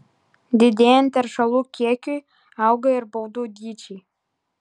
didėjant teršalų kiekiui auga ir baudų dydžiai